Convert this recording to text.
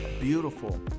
beautiful